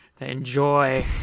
Enjoy